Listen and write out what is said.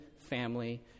family